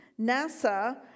NASA